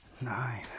nine